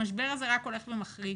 המשבר הזה רק הולך ומחריף.